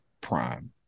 Prime